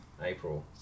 April